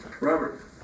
Robert